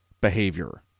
behavior